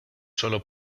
solo